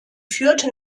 führte